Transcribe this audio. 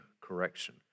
correction